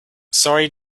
sorry